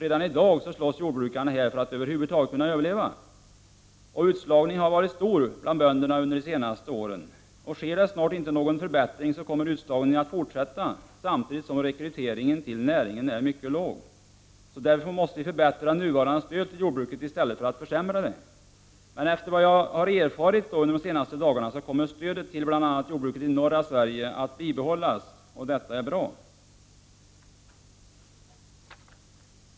Redan i dag slåss jordbrukarna här för att över huvud taget kunna överleva. Utslagningen har varit stor bland bönderna under de senaste åren. Sker inte någon förbättring snart kommer utslagningen att fortsätta samtidigt som rekryteringen till näringen är mycket låg; därför måste vi förbättra nuvarande stöd till jordbruket i stället för att försämra det. Enligt vad jag har erfarit under de senaste dagarna kommer stödet till bl.a. jordbruket i norra Sverige att bibehållas. Det är bra.